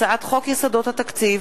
הצעת חוק יסודות התקציב